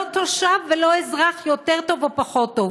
לא תושב ולא אזרח יותר טוב או פחות טוב.